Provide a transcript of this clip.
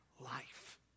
life